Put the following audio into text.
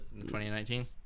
2019